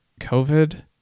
covid